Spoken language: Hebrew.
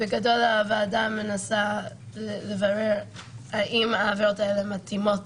בגדול, הוועדה מנסה לברר האם העבירות האלה מתאימות